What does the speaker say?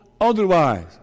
otherwise